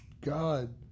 God